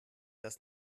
das